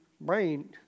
brain